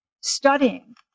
studying